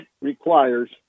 requires